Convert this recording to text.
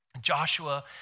Joshua